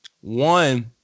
One